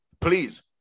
please